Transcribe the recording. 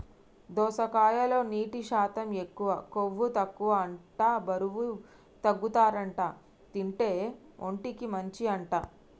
దోసకాయలో నీటి శాతం ఎక్కువ, కొవ్వు తక్కువ అంట బరువు తగ్గుతారట తింటే, ఒంటికి మంచి అంట